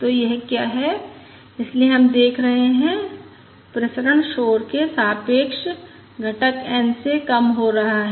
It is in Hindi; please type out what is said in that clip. तो यह क्या है इसलिए हम देख रहे हैं प्रसरण शोर के सापेक्ष घटक n से कम हो रहा हैं